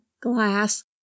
Glass